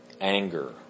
anger